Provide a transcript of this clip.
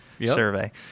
survey